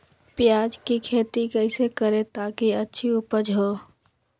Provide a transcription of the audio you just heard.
प्याज की खेती कैसे करें ताकि अच्छी उपज हो?